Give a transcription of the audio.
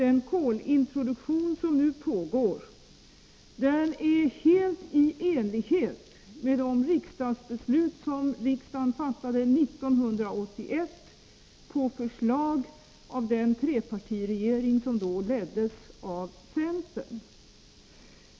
Den kolintroduktion som nu pågår är helt i enlighet med beslut som riksdagen fattade 1981 på förslag av den trepartiregering som då leddes av centern.